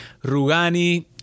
Rugani